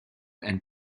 and